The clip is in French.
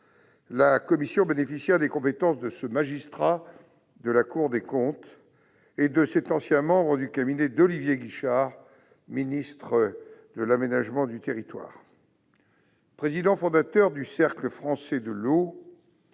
La commission bénéficia des compétences de ce magistrat de la Cour des comptes et de cet ancien membre du cabinet d'Olivier Guichard, ministre de l'aménagement du territoire. Président fondateur du Cercle français de l'eau,